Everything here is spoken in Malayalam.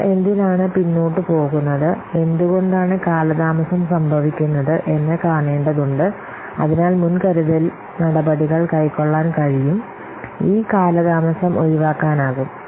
നിങ്ങൾ എന്തിനാണ് പിന്നോട്ട് പോകുന്നത് എന്തുകൊണ്ടാണ് കാലതാമസം സംഭവിക്കുന്നത് എന്ന് കാണേണ്ടതുണ്ട് അതിനാൽ മുൻകരുതൽ നടപടികൾ കൈക്കൊള്ളാൻ കഴിയും ഈ കാലതാമസം ഒഴിവാക്കാനാകും